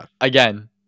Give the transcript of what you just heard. Again